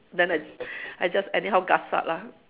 then I j~ I just anyhow gasak lah